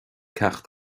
ceacht